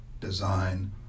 design